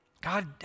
God